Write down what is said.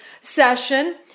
session